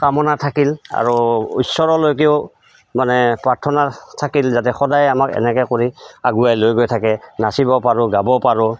কামনা থাকিল আৰু ঈশ্বৰৰলৈকেও মানে প্ৰাৰ্থনা থাকিল যাতে সদায় আমাক এনেকৈ কৰি আগুৱাই লৈ গৈ থাকে নাচিব পাৰোঁ গাব পাৰোঁ